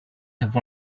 have